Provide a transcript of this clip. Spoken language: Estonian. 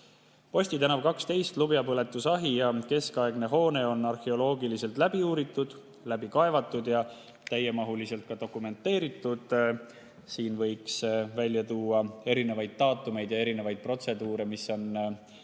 Posti 12 lubjapõletusahi ja keskaegne hoone on arheoloogiliselt läbi uuritud, läbi kaevatud ja täiemahuliselt dokumenteeritud. Siin võiks välja tuua erinevaid daatumeid ja erinevaid protseduure, mida on